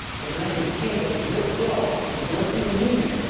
the united kingdom's withdrawal from the european union,